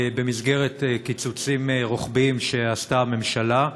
במסגרת קיצוצים רוחביים שעשתה הממשלה.